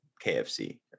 KFC